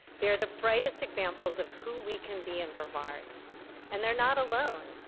they are the brightest examples of who we can be in brevard and they're not alone.